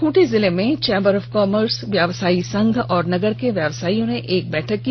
खूंटी जिले में chamber of commerce व्यवसायी संघ और नगर के व्यवसायियों ने एक बैठक की